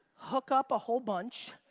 hook up a whole bunch.